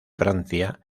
francia